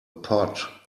pod